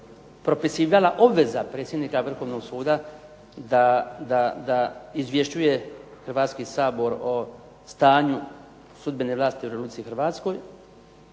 propisivala obveza predsjednika Vrhovnog suda da izvješćuje Hrvatski sabor o stanju sudbene vlasti u Republici Hrvatskoj,